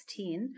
2016